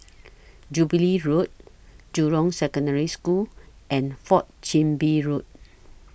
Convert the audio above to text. Jubilee Road Jurong Secondary School and Fourth Chin Bee Road